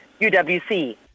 UWC